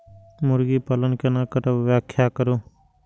मुर्गी पालन केना करब व्याख्या करु?